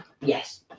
Yes